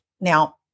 Now